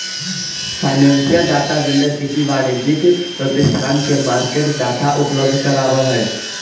financial data vendor किसी वाणिज्यिक प्रतिष्ठान के मार्केट डाटा उपलब्ध करावऽ हइ